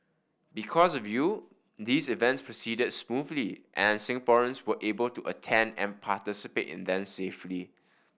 because of you these events proceeded smoothly and Singaporeans were able to attend and participate in them safely